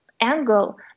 angle